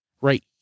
right